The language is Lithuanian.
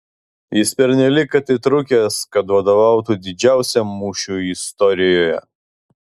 jis pernelyg atitrūkęs kad vadovautų didžiausiam mūšiui istorijoje